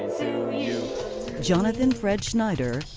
to you jonathan fred schneider,